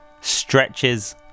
stretches